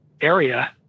area